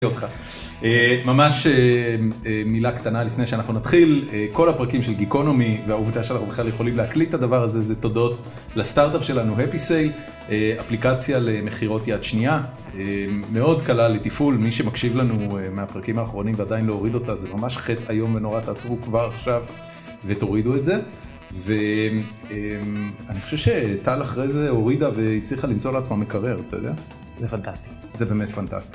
ממש מילה קטנה לפני שאנחנו נתחיל, כל הפרקים של Geekonomy והעובדה שאנחנו בכלל יכולים להקליט את הדבר הזה זה תודות לסטארט-אפ שלנו Happy Sale, אפליקציה למכירות יד שנייה, מאוד קלה לטיפול, מי שמקשיב לנו מהפרקים האחרונים ועדיין לא הוריד אותה זה ממש חטא איום ונורא. תעצרו כבר עכשיו ותורידו את זה, ואני חושב שטל אחרי זה הורידה והצליחה למצוא לעצמה מקרר. אתה יודע... זה פנטסטי. זה באמת פנטסטי.